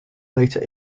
later